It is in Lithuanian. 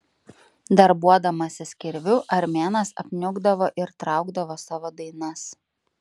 darbuodamasis kirviu armėnas apniukdavo ir traukdavo savo dainas